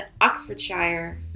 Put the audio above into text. Oxfordshire